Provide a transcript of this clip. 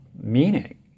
meaning